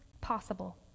possible